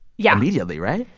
yeah. immediately, right?